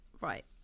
right